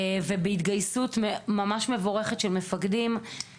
ובהתגייסות ממש מבורכת גם